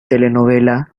telenovela